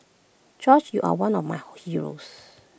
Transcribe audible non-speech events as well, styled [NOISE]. George you are one of my [HESITATION] heroes